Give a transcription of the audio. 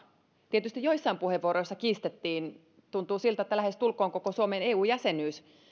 tietysti joissain puheenvuoroissa kiistettiin tuntuu siltä lähestulkoon koko suomen eu jäsenyys